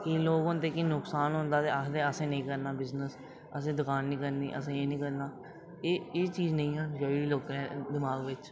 केईं लोक होंदे कि नुकसान होंदा ते आखदे कि असें निं करना बिजनेस असें दकान निं करनी असें एह् निं करना ओह् एह् चीज बेही दी लोकें दे दमाग बिच